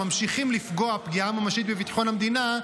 ממשיכים לפגוע פגיעה ממשית בביטחון המדינה,